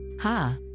Ha